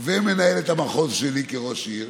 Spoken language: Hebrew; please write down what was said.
ומנהלת המחוז שלי כראש עיר.